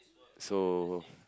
so